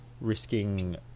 risking